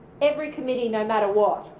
every committee no matter what.